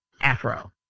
afro